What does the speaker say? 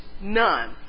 None